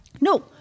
No